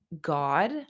God